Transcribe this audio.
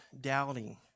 doubting